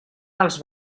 els